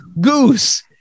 Goose